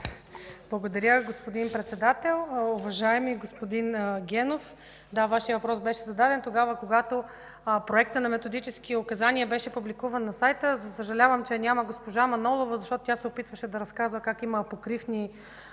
Благодаря, господин Председател. Уважаеми господин Генов, да, Вашият въпрос беше зададен, когато Проектът на „Методически указания” беше публикуван на сайта. Съжалявам, че я няма госпожа Манолова, защото тя се опитваше да разказва как има апокрифни